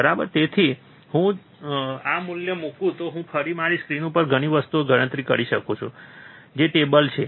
તેથી પછી જો હું આ મૂલ્ય મુકું તો હું મારી સ્ક્રીન ઉપર ઘણી બધી વસ્તુઓની ગણતરી કરી શકું છું જે ટેબલ છે